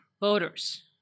voters